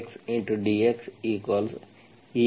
e2x dxex2 ಆಗುತ್ತದೆ